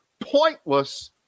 pointless